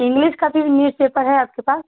English का भी newspaper है आपके पास